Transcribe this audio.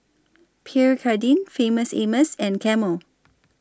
Pierre Cardin Famous Amos and Camel